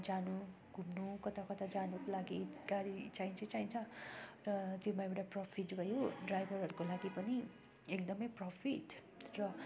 घुम्नु कता कता जानुको लागि गाडी चाहिन्छै चाहिन्छ र त्यसमा एउटा प्रफिट भयो ड्राइभरहरूको लागि पनि एकदम प्रफिट